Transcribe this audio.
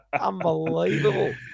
Unbelievable